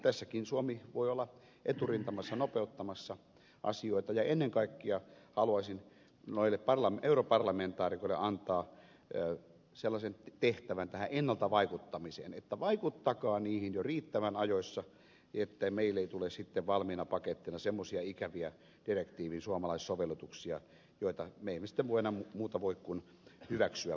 tässäkin suomi voi olla eturintamassa nopeuttamassa asioita ja ennen kaikkea haluaisin europarlamentaarikoille antaa sellaisen tehtävän tähän ennalta vaikuttamiseen että vaikuttakaa niihin asioihin jo riittävän ajoissa ettei meille tule sitten valmiina paketteina semmoisia ikäviä direktiivin suomalaissovellutuksia joille me emme enää sitten muuta voi kuin hyväksyä vaan